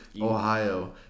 Ohio